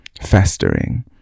festering